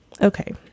Okay